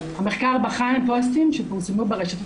המחקר בחן פוסטים שפורסמו ברשתות